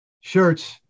shirts